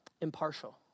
Impartial